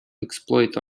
exploit